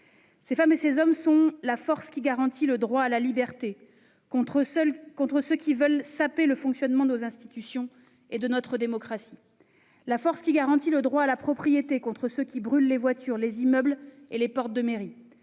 des Français. C'est la force qui garantit le droit à la liberté contre ceux qui veulent saper le fonctionnement de nos institutions et de notre démocratie ; la force qui garantit le droit à la propriété contre ceux qui brûlent les voitures, les immeubles et les portes de mairie